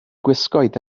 gwisgoedd